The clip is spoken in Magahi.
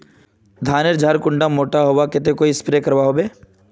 धानेर झार कुंडा मोटा होबार केते कोई स्प्रे करवा होचए?